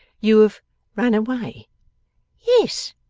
you have run away yes,